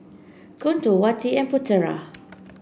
Guntur Wati and Putera